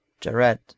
Jared